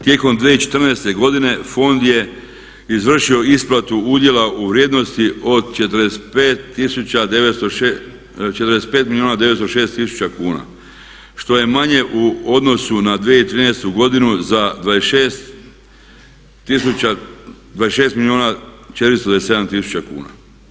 Tijekom 2014. godine fond je izvršio isplatu udjela u vrijednosti od 45 milijuna 906 tisuća kuna, što je manje u odnosu na 2013. godinu za 26 milijuna 427 tisuća kuna.